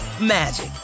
magic